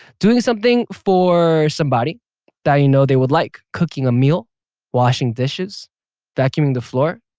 doing something for somebody that you know they would like cooking a meal washing dishes vacuuming the floor